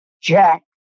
Jack